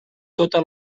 tota